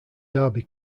derby